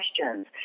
questions